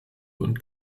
und